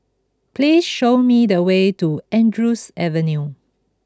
please show me the way to Andrews Avenue